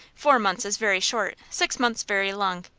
four months is very short, six months very long.